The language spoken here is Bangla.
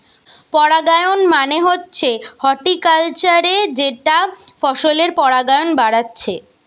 পরাগায়ন মানে হচ্ছে হর্টিকালচারে যেটা ফসলের পরাগায়ন বাড়াচ্ছে